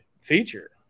feature